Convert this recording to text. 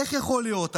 איך יכול להיות?